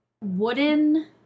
Wooden